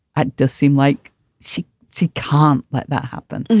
ah does seem like she she can't let that happen.